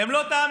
אתם לא תאמינו.